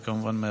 וכמובן,